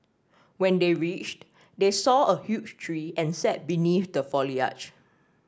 when they reached they saw a huge tree and sat beneath the foliage